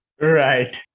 right